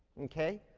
okay.